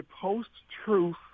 post-truth